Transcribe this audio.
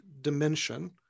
dimension